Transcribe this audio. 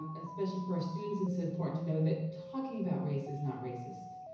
especially for our students it's important to know that talking about race is not racist.